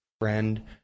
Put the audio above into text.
friend